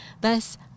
Thus